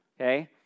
okay